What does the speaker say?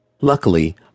Luckily